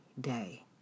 day